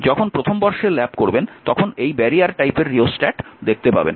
যখন প্রথম বর্ষের ল্যাব করবেন তখন এই ব্যারিয়ার টাইপের রিওস্ট্যাট দেখতে পাবেন